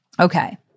Okay